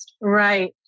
Right